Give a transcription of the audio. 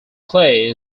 clay